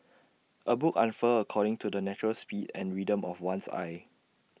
A book unfurls according to the natural speed and rhythm of one's eye